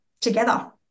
together